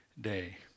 day